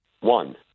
One